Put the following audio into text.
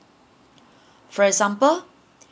for example